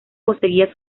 conseguía